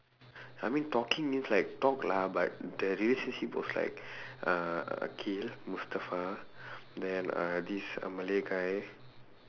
I mean talking means like talk lah but the relationship was like uh akhil mustafa then uh this malay guy